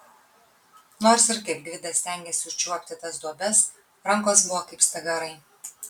nors ir kaip gvidas stengėsi užčiuopti tas duobes rankos buvo kaip stagarai